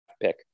pick